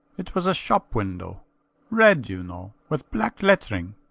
it was a shop window red, you know, with black lettering.